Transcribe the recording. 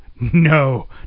no